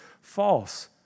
false